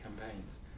campaigns